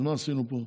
אז מה עשינו פה?